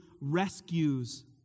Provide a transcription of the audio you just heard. rescues